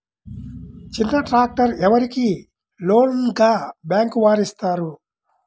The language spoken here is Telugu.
చిన్న ట్రాక్టర్ ఎవరికి లోన్గా బ్యాంక్ వారు ఇస్తారు?